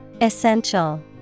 Essential